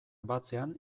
batzean